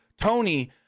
Tony